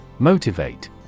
Motivate